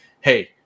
hey